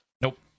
Nope